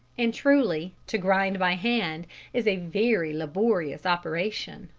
and truly, to grind by hand is a very laborious operation,